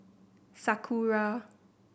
sakura